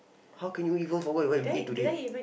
how can you even forget where you eat today